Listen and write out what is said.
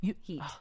Heat